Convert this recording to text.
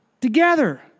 Together